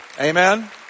Amen